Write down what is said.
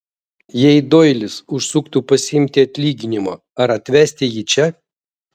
jei doilis užsuktų pasiimti atlyginimo ar atvesti jį čia